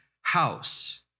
house